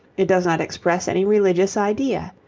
it does not express any religious idea.